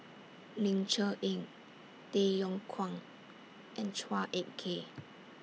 Ling Cher Eng Tay Yong Kwang and Chua Ek Kay